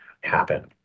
happen